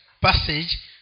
passage